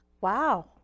Wow